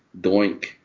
Doink